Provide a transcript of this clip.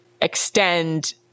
extend